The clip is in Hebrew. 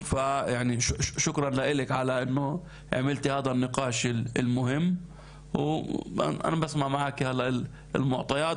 ואני מודה לך על כך שאת מקיימת את הדיון החשוב הזה,